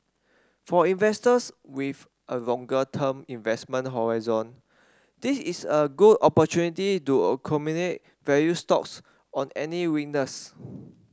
for investors with a longer term investment horizon this is a good opportunity to accumulate value stocks on any winners